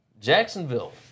Jacksonville